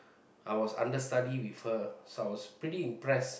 I was understudy with her so I was pretty impressed